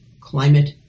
climate